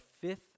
fifth